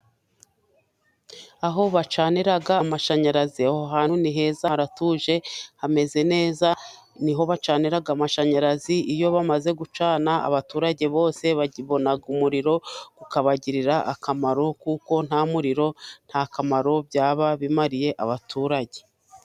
Aho bacanira amashanyarazi, aho hantu ni heza, haratuje, hameze neza, niho bacanira amashanyarazi, iyo bamaze gucana, abaturage bose babona umuriro ukabagirira akamaro, kuko nta muriro nta kamaro byaba bimariye abaturage.